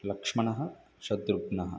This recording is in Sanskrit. लक्ष्मणः शतृघ्नः